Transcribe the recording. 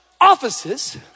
Offices